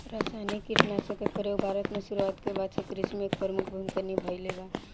रासायनिक कीटनाशक के प्रयोग भारत में शुरुआत के बाद से कृषि में एक प्रमुख भूमिका निभाइले बा